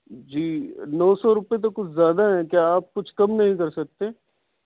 جی نو سو روپیے تو کچھ زیادہ ہیں کیا آپ کچھ کم نہیں کر سکتے